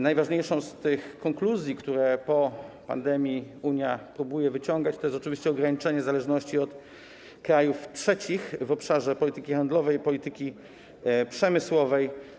Najważniejszą z konkluzji, które po pandemii próbuje wyciągać Unia, to oczywiście jest ograniczenie zależności od krajów trzecich w obszarze polityki handlowej, polityki przemysłowej.